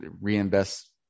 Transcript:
reinvest